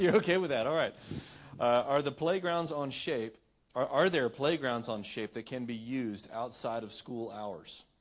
yeah okay with that all right are the playgrounds on shape are are there playgrounds on shape that can be used outside of school hours